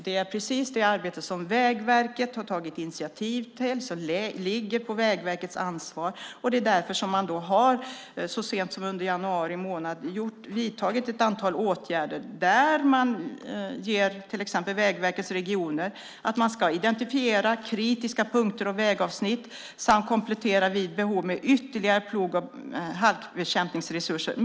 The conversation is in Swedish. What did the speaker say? Det är precis det arbetet som Vägverket har tagit initiativ till, och det ligger på Vägverkets ansvar. Det är därför som man så sent som under januari månad har vidtagit ett antal åtgärder. Vägverket ska därför i regionerna identifiera kritiska punkter och vägavsnitt samt vid behov komplettera med ytterligare plog och halkbekämpningsresurser.